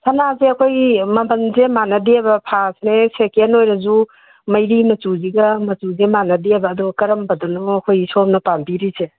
ꯁꯅꯥꯁꯦ ꯑꯩꯈꯣꯏ ꯃꯃꯟꯁꯦ ꯃꯥꯟꯅꯗꯦꯕ ꯐꯥꯔꯁꯅꯦ ꯁꯦꯀꯦꯟ ꯑꯣꯏꯔꯁꯨ ꯃꯩꯔꯤ ꯃꯆꯨꯁꯤꯒ ꯃꯆꯨꯁꯦ ꯃꯥꯟꯅꯗꯦꯕ ꯑꯗꯣ ꯀꯔꯝꯕꯗꯅꯣ ꯑꯩꯈꯣꯏꯒꯤ ꯁꯣꯝꯅ ꯄꯥꯝꯕꯤꯔꯤꯁꯦ